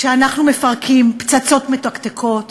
כשאנחנו מפרקים פצצות מתקתקות,